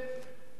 הבנתם?